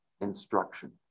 instruction